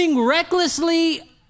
recklessly